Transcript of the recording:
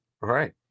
Right